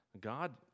God